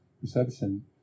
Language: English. perception